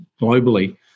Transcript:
globally